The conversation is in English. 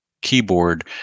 keyboard